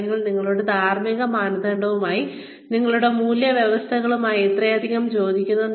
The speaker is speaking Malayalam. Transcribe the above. അതായത് നിങ്ങളുടെ ധാർമ്മിക മാനദണ്ഡങ്ങളുമായി നിങ്ങളുടെ മൂല്യ വ്യവസ്ഥകളുമായി വളരെയധികം യോജിക്കുന്നത്